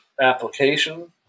application